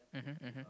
mmhmm mmhmm